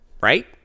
Right